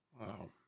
Wow